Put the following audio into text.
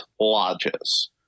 lodges